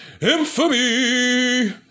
infamy